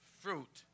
fruit